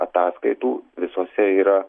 ataskaitų visose yra